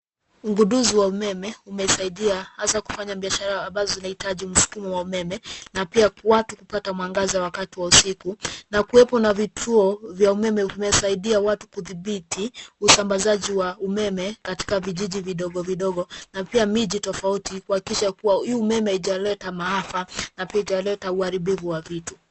Ugunduzi wa umeme umesaidia hasa kufanya biashara ambazo zinaitaji msukumo wa umeme na pia watu kupata mwangaza wakati wa usiku na kuwepo na vituo vya umeme vimesaidia watu kudhibiti usambazaji wa umeme katika vijiji vidogo vidogo na pia miji tofauti kuhakikisha kuwa hii umeme haijaleta maafa na pia haijaleta uharibifu wa vitu